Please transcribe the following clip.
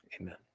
Amen